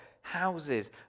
Houses